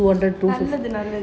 நல்லது நல்லது:nallathu nallathu